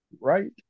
Right